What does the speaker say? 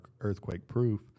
earthquake-proof